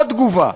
עוד תגובה: